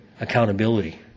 accountability